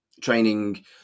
training